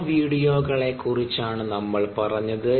ആ വീഡിയോകളെ കുറിച്ചാണ് നമ്മൾ പറഞ്ഞത്